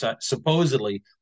supposedly